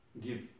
give